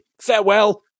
Farewell